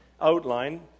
outline